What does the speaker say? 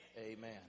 Amen